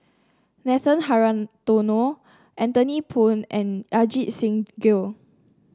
Nathan Hartono Anthony Poon and Ajit Singh Gill